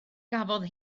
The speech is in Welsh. gafodd